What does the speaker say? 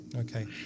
Okay